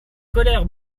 colères